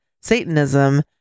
Satanism